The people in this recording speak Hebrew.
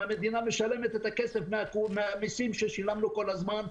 המדינה משלמת את הכסף מהמיסים ששילמנו כל הזמן,